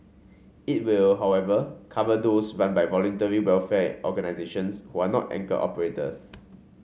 it will however cover those run by Voluntary Welfare Organisations who are not anchor operators